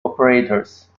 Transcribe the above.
operators